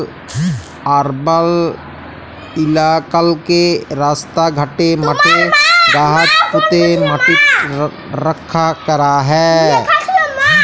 আরবাল ইলাকাললে রাস্তা ঘাটে, মাঠে গাহাচ প্যুঁতে ম্যাটিট রখ্যা ক্যরা হ্যয়